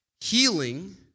healing